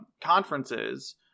conferences